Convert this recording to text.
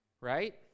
Right